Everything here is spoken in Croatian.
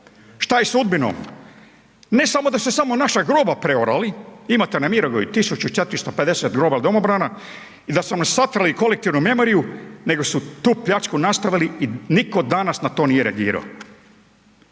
Što je s Udbinom? Ne samo da se naša groba preorali, imate na Mirogoju 1450 groba domobrana i da su nas satrali kolektivno .../Govornik se ne razumije./... nego su tu pljačku nastavili i nitko danas na to nije reagirao.